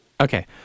Okay